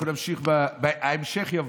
אנחנו נמשיך, ההמשך יבוא.